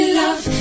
love